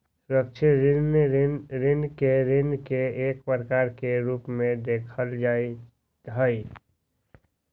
सुरक्षित ऋण के ऋण के एक प्रकार के रूप में देखल जा हई